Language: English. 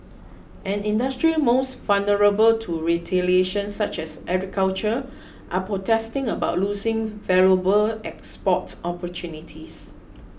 and industries most vulnerable to retaliation such as agriculture are protesting about losing valuable export opportunities